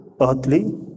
earthly